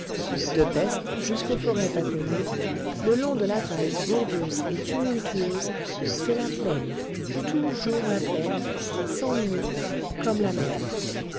de pesth jusqu'aux forêts baconier le long de la theiss bourbeuse et tumultueuse c'est la plaine toujours la plaine sans limites comme la mer